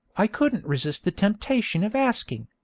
i couldn't resist the temptation of asking